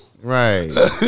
Right